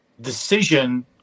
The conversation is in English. Decision